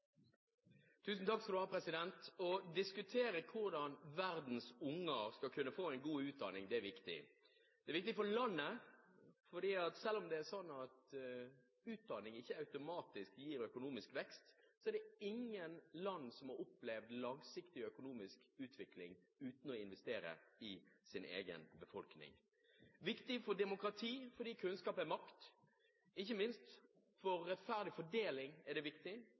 å diskutere hvordan verdens unger skal kunne få en god utdanning er viktig. Det er viktig for landet, for selv om utdanning ikke automatisk gir økonomisk vekst, er det ingen land som har opplevd langsiktig økonomisk utvikling uten å investere i sin egen befolkning. Det er viktig for demokratiet, fordi kunnskap er makt, og ikke minst er det viktig for en rettferdig fordeling.